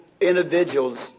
individuals